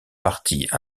partie